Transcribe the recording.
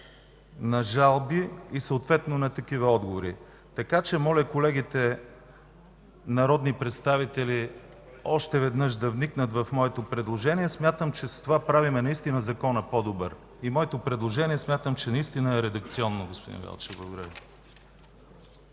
на жалби и съответно на такива отговори, така че моля колегите народни представители още веднъж да вникнат в моето предложение. Смятам, че с това правим Закона по-добър. Моето предложение наистина е редакционно, господин Велчев. Благодаря